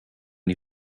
die